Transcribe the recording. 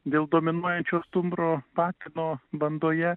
dėl dominuojančio stumbro patino bandoje